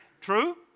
True